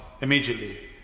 immediately